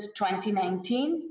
2019